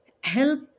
help